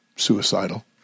suicidal